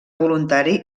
voluntari